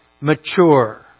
mature